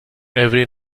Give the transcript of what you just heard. every